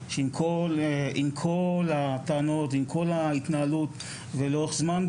שעם כל הטענות ועם כל ההתנהלות לאורך זמן,